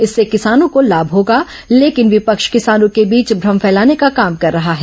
इससे किसानों को लाम होगा लेकिन विपक्ष किसानों के बीच भ्रम फैलाने का काम कर रहा है